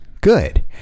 Good